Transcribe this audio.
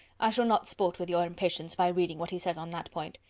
i shall not sport with your impatience, by reading what he says on that point.